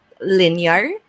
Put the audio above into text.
linear